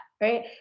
right